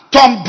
Tom